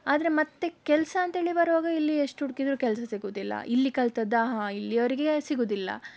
ಆದರೆ ಮತ್ತೆ ಕೆಲಸ ಅಂತ ಹೇಳಿ ಬರುವಾಗ ಇಲ್ಲಿ ಎಷ್ಟು ಹುಡುಕಿದರೂ ಕೆಲಸ ಸಿಗುವುದಿಲ್ಲ ಇಲ್ಲಿ ಕಲಿತದ್ದಾ ಹಾಂ ಇಲ್ಲಿಯವರಿಗೆ ಸಿಗುವುದಿಲ್ಲ